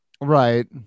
right